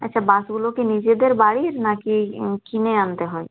আচ্ছা বাঁশগুলো কি নিজেদের বাড়ির নাকি কিনে আনতে হয়